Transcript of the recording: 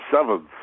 seventh